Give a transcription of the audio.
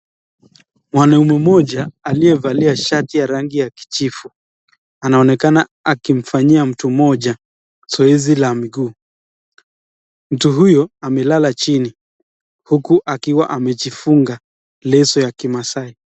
Mwanaume moja aliyevalia shati ya rangi ya kijivu anaonekana akimfanyia mtu moja zoezi la mguu. Mtu huyo amelala chini huku akiwa amejifunga leso ya kimaasai.